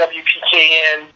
wpkn